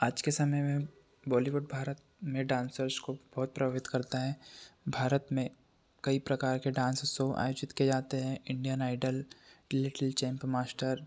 आज के समय में बौलीवुड भारत में डांसर्स को बहुत प्रभावित करता है भारत में कई प्रकार के डांसेस सो आयोजित किए जाते हैं Indian idol little champ master